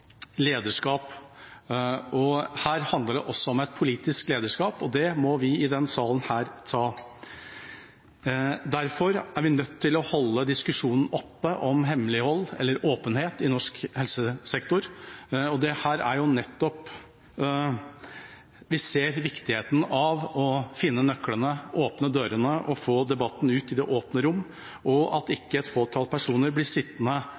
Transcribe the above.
lederskap. Her handler det også om politisk lederskap, og det må vi i denne salen ta. Derfor er vi nødt til å holde oppe diskusjonen om hemmelighold eller åpenhet i norsk helsesektor, og det er nettopp her vi ser viktigheten av å finne nøklene, åpne dørene og få debatten ut i det åpne rom, og at ikke et fåtall personer blir sittende